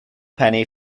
penny